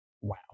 Wow